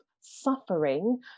suffering